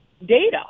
data